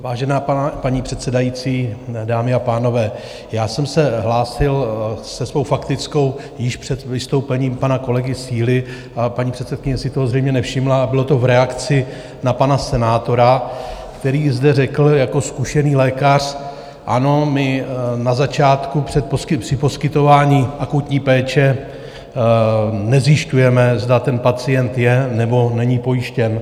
Vážená paní předsedající, dámy a pánové, já jsem se hlásil se svou faktickou již před vystoupením pana kolegy Síly, paní předsedkyně si toho zřejmě nevšimla, bylo to v reakci na pana senátora, který zde řekl jako zkušený lékař ano, my na začátku při poskytování akutní péče nezjišťujeme, zda ten pacient je, nebo není pojištěn.